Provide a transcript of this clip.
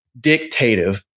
dictative